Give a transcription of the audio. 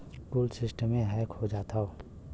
कुल सिस्टमे हैक हो जात हौ